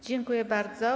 Dziękuję bardzo.